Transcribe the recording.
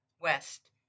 west